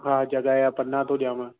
हा जॻहि जा पन्ना थो ॾियांव